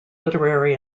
literary